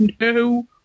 No